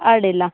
ಅಡ್ಡಿಲ್ಲ